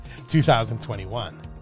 2021